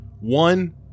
One